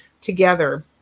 together